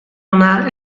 ona